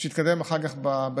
בשביל להתקדם אחר כך ביישום.